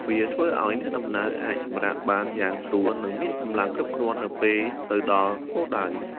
វាធ្វើឱ្យអ្នកដំណើរអាចសម្រាកបានយ៉ាងស្រួលនិងមានកម្លាំងគ្រប់គ្រាន់នៅពេលទៅដល់គោលដៅ។